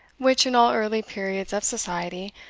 which, in all early periods of society,